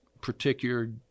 particular